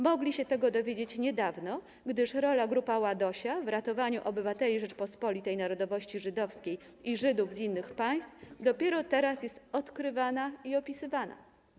Mogli się tego dowiedzieć niedawno, gdyż rola Grupy Ładosia w ratowaniu obywateli Rzeczypospolitej narodowości żydowskiej i Żydów z innych państw, dopiero teraz jest odkrywana i opisywana.